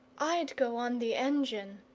i'd go on the engine,